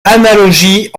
analogies